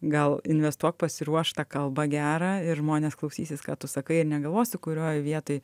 gal investuok pasiruošt tą kalbą gerą ir žmonės klausysis ką tu sakai ir negalvos kurioj vietoj